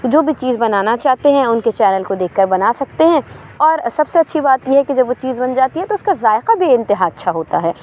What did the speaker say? جو بھی چیز بنانا چاہتے ہیں ان کے چینل کو دیکھ کر بنا سکتے ہیں اور سب سے اچھی بات یہ ہے کہ جب وہ چیز بن جاتی ہے تو اس کا ذائقہ بےانتہا اچھا ہوتا ہے